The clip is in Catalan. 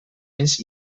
anys